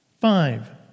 Five